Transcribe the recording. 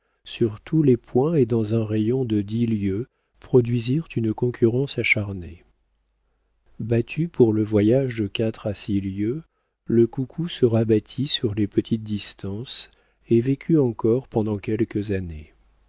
sur tous les points et dans un rayon de dix lieues produisirent une concurrence acharnée battu par le voyage de quatre à six lieues le coucou se rabattit sur les petites distances et vécut encore pendant quelques années